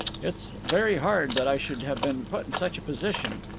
it's very hard that i should have been put in such a position.